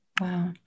Wow